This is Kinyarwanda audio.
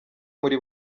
muri